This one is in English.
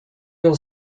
will